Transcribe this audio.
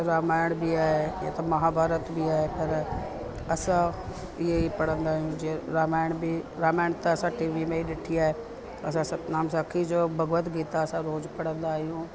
रामायण बि आहे हिते महाभारत बि आहे पर असां इहे ई पढ़ंदा आहियूं जीअं रामायण बि रामायण त असां टीवी में ई ॾिठी आहे असां सतनाम साखी जो भगवत गीता असां रोजु पढ़ंदा आहियूं